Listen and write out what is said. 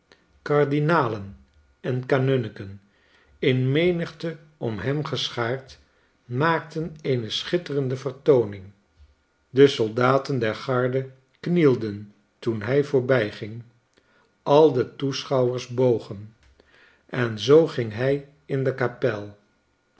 kardinalen en kanunniken in menigte om hem geschaard maakten eene schitterende vertooning de soldaten der garde knielden toen hij voorbijging al de toeschouwers bogen en zoo ging hij in de kapel